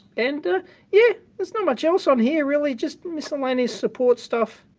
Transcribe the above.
and yeah, there's not much else on here really, just miscellaneous support stuff.